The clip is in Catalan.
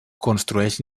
construeix